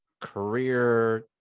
career